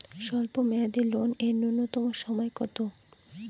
স্বল্প মেয়াদী লোন এর নূন্যতম সময় কতো?